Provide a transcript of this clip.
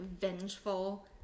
vengeful